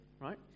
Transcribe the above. right